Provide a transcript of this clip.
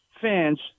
fans